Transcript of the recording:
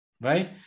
right